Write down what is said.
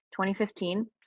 2015